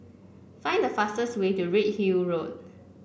find the fastest way to Redhill Road